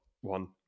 one